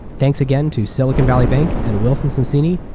thanks again to silicon valley bank and wilson sonsini,